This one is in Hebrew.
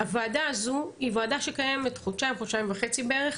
הוועדה הזאת היא ועדה שקיימת חודשיים חודשיים וחצי בערך,